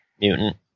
mutant